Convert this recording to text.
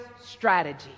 strategy